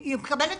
היא מקבלת